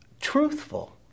truthful